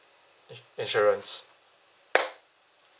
insu~ insurance